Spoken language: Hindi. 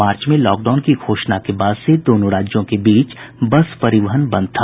मार्च में लॉकडाउन की घोषणा के बाद से दोनों राज्यों के बीच बस परिवहन बंद था